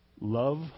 Love